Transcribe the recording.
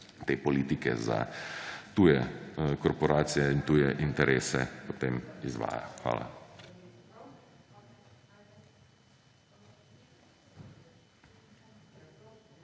te politike za tuje korporacije in tuje interese potem izvaja. Hvala.